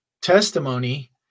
testimony